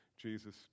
Jesus